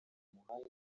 muhanda